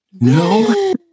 No